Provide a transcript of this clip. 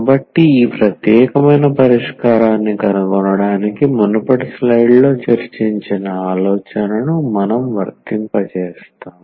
కాబట్టి ఈ ప్రత్యేకమైన పరిష్కారాన్ని కనుగొనడానికి మునుపటి స్లైడ్లో చర్చించిన ఆలోచనను మనం వర్తింపజేస్తాము